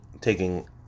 taking